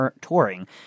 touring